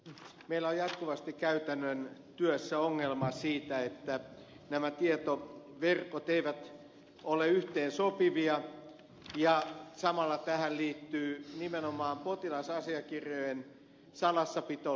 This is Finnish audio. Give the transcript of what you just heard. meillä on jatkuvasti käytännön työssä ongelma siinä että nämä tietoverkot eivät ole yhteensopivia ja samalla tähän liittyvät nimenomaan potilasasiakirjojen salassapitoon liittyvät ongelmat